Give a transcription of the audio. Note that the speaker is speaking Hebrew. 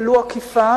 ולו עקיפה,